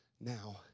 now